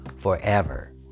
forever